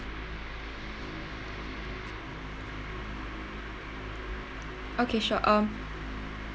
okay sure um